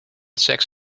seks